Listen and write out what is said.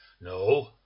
no